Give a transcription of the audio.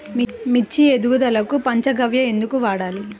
మిర్చి ఎదుగుదలకు పంచ గవ్య ఎందుకు వాడాలి?